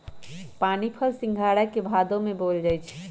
पानीफल सिंघारा के भादो में बोयल जाई छै